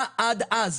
מה עד אז?